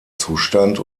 zustand